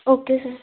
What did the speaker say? okay sir